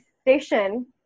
station